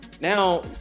now